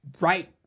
right